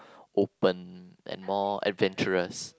open and more adventurous